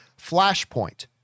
Flashpoint